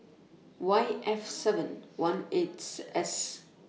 Y F seven one eights S